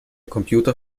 computer